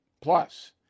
Plus